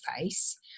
face